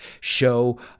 show